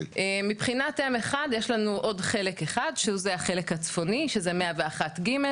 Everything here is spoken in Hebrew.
מבחינת M1 יש לנו עוד חלק אחד שזה החלק הצפוני שזה 101ג',